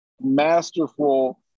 masterful